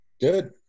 Good